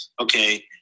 okay